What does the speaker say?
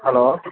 hello